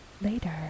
Later